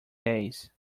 days